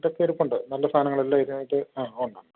ഇതൊക്കെ ഇരുപ്പുണ്ട് നല്ല സാധനങ്ങൾ എല്ലാം ഇതിനകത്ത് ആ ഉണ്ട് ഉണ്ട്